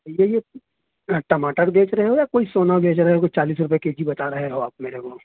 یہ یہ ٹماٹر بیچ رہے ہو یا کوئی سونا بیچ رہے ہو کہ چالیس روپیے کے جی بتا رہے ہو آپ میرے کو